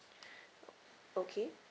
okay